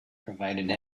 provided